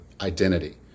identity